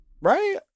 right